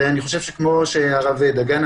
כמו שהרב דגן,